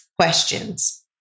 questions